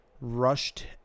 rushed